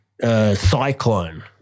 cyclone